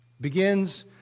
begins